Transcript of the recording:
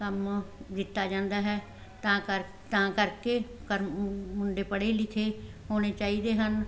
ਕੰਮ ਦਿੱਤਾ ਜਾਂਦਾ ਹੈ ਤਾਂ ਕਰ ਤਾਂ ਕਰਕੇ ਕਰ ਮੁੰਡੇ ਪੜ੍ਹੇ ਲਿਖੇ ਹੋਣੇ ਚਾਹੀਦੇ ਹਨ